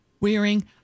wearing